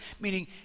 Meaning